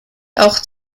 auch